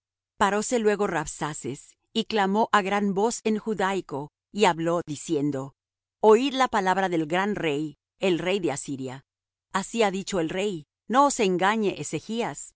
paróse luego rabsaces y clamó á gran voz en judaico y habló diciendo oid la palabra del gran rey el rey de asiria así ha dicho el rey no os engañe ezechas